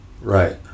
Right